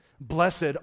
Blessed